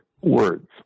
words